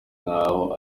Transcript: nk’aho